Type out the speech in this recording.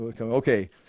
Okay